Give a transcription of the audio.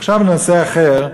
עכשיו לנושא אחר.